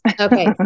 Okay